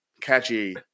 catchy